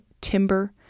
timber